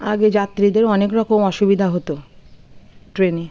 আগে যাত্রীদের অনেক রকম অসুবিধা হতো ট্রেনে